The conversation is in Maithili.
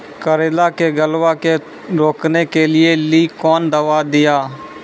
करेला के गलवा के रोकने के लिए ली कौन दवा दिया?